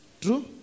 true